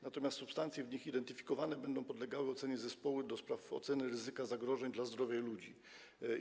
Natomiast substancje w nich identyfikowane będą podlegały ocenie zespołu ds. oceny ryzyka zagrożeń dla zdrowia lub życia ludzi.